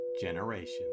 generation